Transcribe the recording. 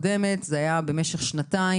הממוצע, דבר שהיה כאן במשך שנים.